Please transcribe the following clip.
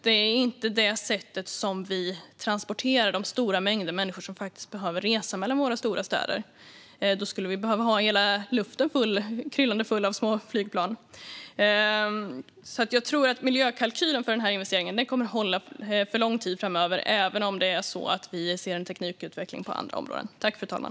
Det är inte på det sättet vi transporterar de stora mängder människor som behöver resa mellan våra stora städer. Då skulle vi behöva ha hela luften full och kryllande av små flygplan. Jag tror att miljökalkylen för investeringen kommer att hålla under lång tid framöver, även om vi ser en teknikutveckling på andra områden.